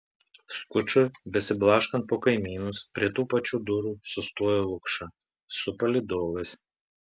skučui besiblaškant po kaimynus prie tų pačių durų sustojo lukša su palydovais